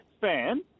fan